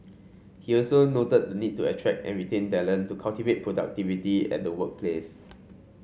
he also noted the need to attract and retain talent to cultivate productivity at the workplace